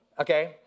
okay